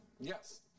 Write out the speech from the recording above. Yes